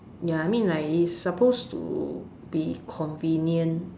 ya I mean like it's supposed to be convenient